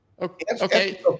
okay